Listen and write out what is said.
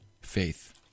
Faith